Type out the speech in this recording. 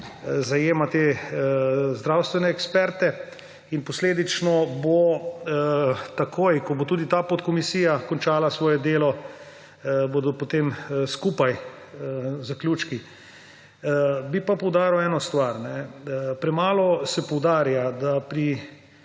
zajema te zdravstvene eksperte. In posledično bo takoj, ko bo tudi ta podkomisija končala svoje delo, bodo potem skupaj zaključki. Bi pa poudaril eno stvar. Premalo se poudarja, da pri